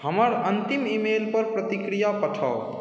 हमर अंतिम ईमेल पर प्रतिक्रिया पठाउ